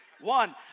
One